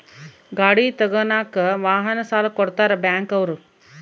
ಗಾಡಿ ತಗನಾಕ ವಾಹನ ಸಾಲ ಕೊಡ್ತಾರ ಬ್ಯಾಂಕ್ ಅವ್ರು